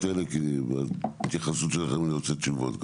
האלו כי בהתייחסות שלכם אני רוצה תשובות גם.